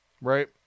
right